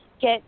get